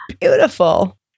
beautiful